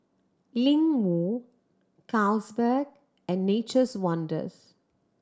Ling Wu Carlsberg and Nature's Wonders